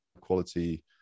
quality